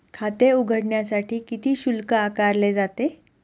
खाते उघडण्यासाठी किती शुल्क आकारले जाते?